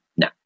no